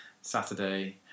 Saturday